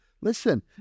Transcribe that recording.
listen